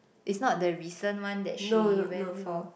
is not the recent one that she went for